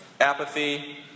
apathy